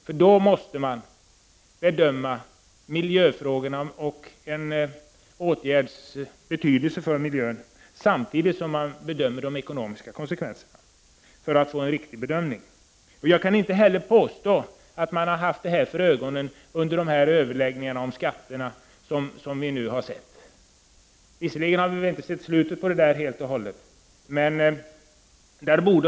Man måste nämligen bedöma miljöfrågorna och en åtgärds betydelse för miljön samtidigt som man bedömer de ekonomiska konsekvenserna för att få en riktig bedömning. Jag kan inte heller påstå att man har haft dessa frågor för ögonen vid skatteöverläggningarna. Visserligen har vi väl ännu inte sett slutet på dessa överläggningar.